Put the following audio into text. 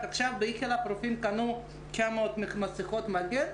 רק עכשיו הרופאים קנו 900 מסכות מגן,